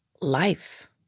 life